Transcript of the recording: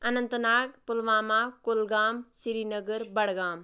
Anant Nag Pulwama Kulgam Srinagar Budgam